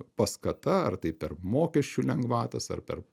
paskata ar tai per mokesčių lengvatas ar per